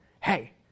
hey